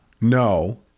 no